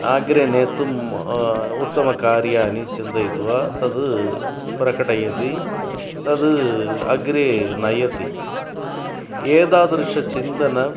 अग्रे नेतुम् उत्तमकार्याणि चिन्तयित्वा तद् प्रकटयति तद् अग्रे नयति एतादृशं चिन्तनम्